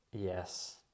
Yes